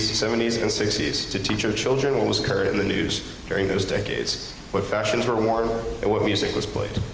seventy s, and sixty s to teach our children what was current in the news during those decades, what fashions were worn and what music was played.